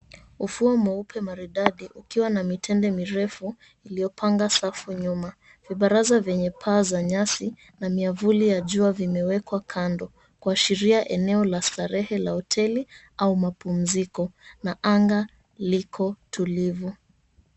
ChatGPT said: Ufuo mweupe maridadi, ukiwa na mitende mirefu iliyopanga safu. Nyuma, vibaraza vyenye paa za nyasi na miavuli ya jua vimewekwa kando, kuashiria eneo la starehe la hoteli au mapumziko, na anga liko tulivu.